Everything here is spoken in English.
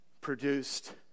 Produced